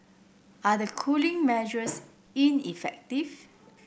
are the cooling measures ineffective